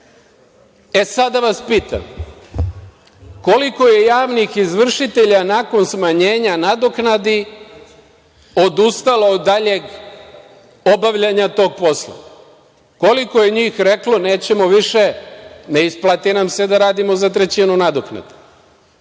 da vas pitam koliko je javnih izvršitelja nakon smanjenja nadoknadi odustalo od daljeg obavljanja tog posla? Koliko je njih reklo - nećemo više, ne isplati nam se da radimo za trećinu nadoknade?